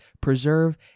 preserve